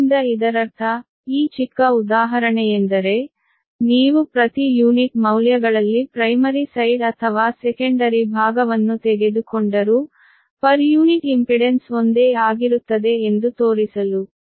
ಆದ್ದರಿಂದ ಇದರರ್ಥ ಈ ಚಿಕ್ಕ ಉದಾಹರಣೆಯೆಂದರೆ ನೀವು ಪ್ರತಿ ಯೂನಿಟ್ ಮೌಲ್ಯಗಳಲ್ಲಿ ಪ್ರೈಮರಿ ಸೈಡ್ ಅಥವಾ ಸೆಕೆಂಡರಿ ಭಾಗವನ್ನು ತೆಗೆದುಕೊಂಡರೂ ಪರ್ ಯೂನಿಟ್ ಇಂಪಿಡೆನ್ಸ್ ಒಂದೇ ಆಗಿರುತ್ತದೆ ಎಂದು ತೋರಿಸಲು